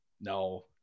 no